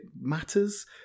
matters